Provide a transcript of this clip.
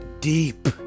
deep